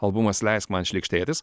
albumas leisk man šlykštėtis